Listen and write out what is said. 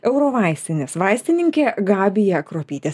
eurovaistinės vaistininkė gabija kruopytė